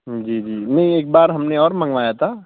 جی جی نہیں ایک بار ہم نے اور منگوایا تھا